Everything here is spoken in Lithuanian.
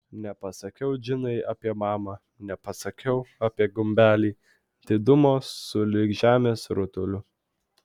nepasakiau džinai apie mamą nepasakiau apie gumbelį didumo sulig žemės rutuliu